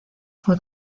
fue